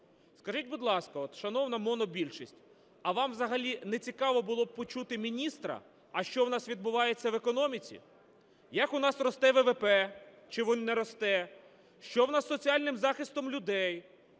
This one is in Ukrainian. Скажіть, будь ласка, от шановна монобільшість, а вам взагалі не цікаво було б почути міністра, а що у нас відбувається в економіці, як у нас росте ВВП, чи воно не росте, що у нас з соціальним захистом людей,